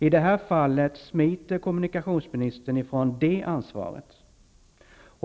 I det här fallet smiter kommunikationsministern ifrån det ansvaret.